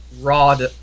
rod